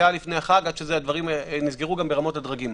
שעה לפני החג, עד שהדברים נסגרו ברמות הדרגים.